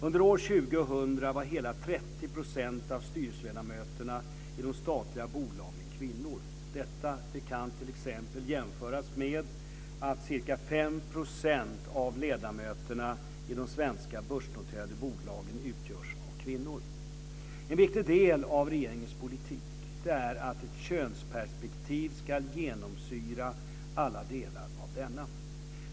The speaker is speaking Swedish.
Under år 2000 var hela 30 % av styrelseledamöterna i de statliga bolagen kvinnor. Detta kan t.ex. jämföras med att ca 5 % av ledamöterna i de svenska börsnoterade bolagen utgörs av kvinnor. En viktig del av regeringens politik är att ett könsperspektiv ska genomsyra alla delar av denna.